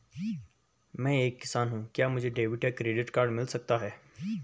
मैं एक किसान हूँ क्या मुझे डेबिट या क्रेडिट कार्ड मिल सकता है?